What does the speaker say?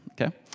okay